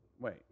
Wait